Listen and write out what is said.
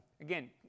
Again